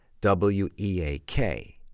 W-E-A-K